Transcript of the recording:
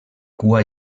cua